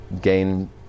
gain